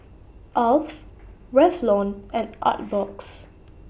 Alf Revlon and Artbox